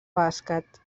bàsquet